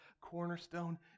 Cornerstone